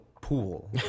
pool